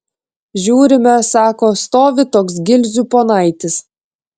žiūrime sako stovi toks gilzių ponaitis